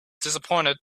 disappointed